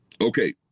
Okay